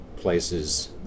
places